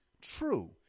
true